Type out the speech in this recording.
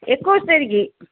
ଏକୋଇଶ ତାରିଖ